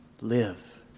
live